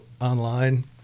online